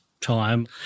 time